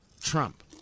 Trump